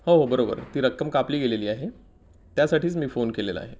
हो हो बरोबर ती रक्कम कापली गेलेली आहे त्यासाठीच मी फोन केलेला आहे